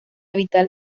vital